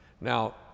Now